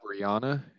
Brianna